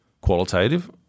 qualitative